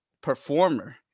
performer